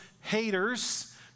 haters